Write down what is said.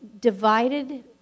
divided